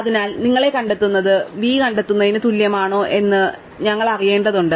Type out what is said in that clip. അതിനാൽ u കണ്ടെത്തുന്നത് v കണ്ടെത്തുന്നതിന് തുല്യമാണോ എന്ന് ഞങ്ങൾ അറിയേണ്ടതുണ്ട്